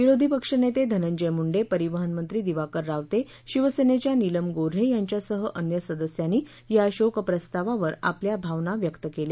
विरोधी पक्षनेते धनंजय मुंडे परिवहन मंत्री दिवाकर रावते शिवसेनेच्या नीलम गोन्हे यांच्यासह अन्य सदस्यांनी या शोकप्रस्तावावर आपल्या भावना व्यक्त केल्या